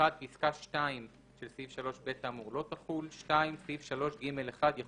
(1)פסקה (2) של סעיף 3(ב) האמור,